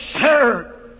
sir